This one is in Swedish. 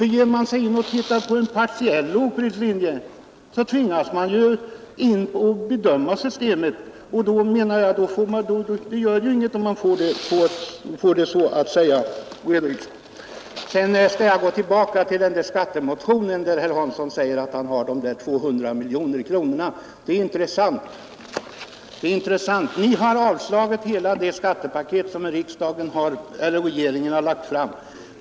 Ser man på en partiell lågprislinje tvingas man ju att bedöma systemet, och det gör väl inget om man får det så att säga redovisat. Jag skall gå tillbaka till den här skattemotionen, där herr Hansson säger att han har sina 200 miljoner kronor. Det är intressant. Ni har yrkat avslag på hela det skattepaket som regeringen har lagt fram.